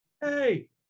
Hey